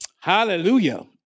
Hallelujah